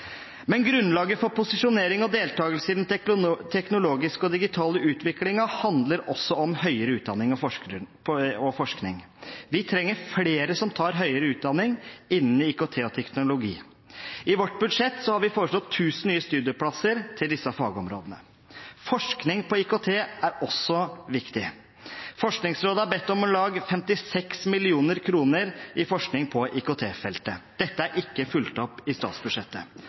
Men grunnlaget for posisjonering og deltakelse i den teknologiske og digitale utviklingen handler også om høyere utdanning og forskning. Vi trenger flere som tar høyere utdanning innen IKT og teknologi. I vårt budsjett har vi foreslått 1 000 nye studieplasser til disse fagområdene. Forskning på IKT er også viktig. Forskningsrådet har bedt om om lag 56 mill. kr til forskning på IKT-feltet. Dette er ikke fulgt opp i statsbudsjettet.